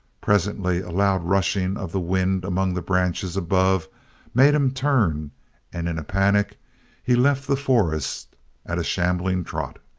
presently a loud rushing of the wind among the branches above made him turn and in a panic he left the forest at a shambling trot.